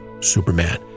Superman